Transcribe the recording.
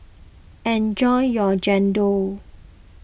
enjoy your Chendol